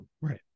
right